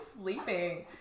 sleeping